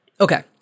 Okay